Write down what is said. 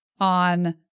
on